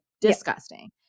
disgusting